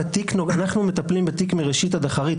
ואנחנו גם מטפלים בתיק מראשית עד אחרית,